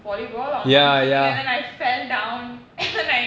volleyball on monkey thing and then I fell down and then I injured my leg